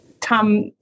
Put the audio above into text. Tom